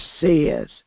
says